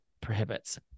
prohibits